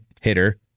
hitter